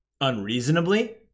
unreasonably